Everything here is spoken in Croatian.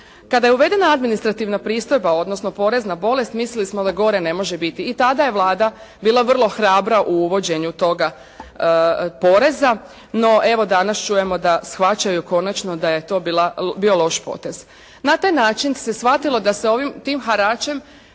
Kada je uvedena administrativna pristojba, odnosno porez na bolest, mislili smo da gore ne može biti i tada je Vlada bila vrlo hrabra u uvođenju toga poreza. No, evo danas čujemo da shvaćaju konačno da je to bio loš potez. Na taj način se shvatilo da se ovim, tim haračem